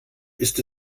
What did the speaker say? ist